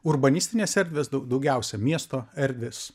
urbanistinės erdvės dau daugiausia miesto erdvės